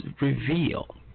reveal